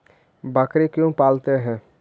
बकरी क्यों पालते है?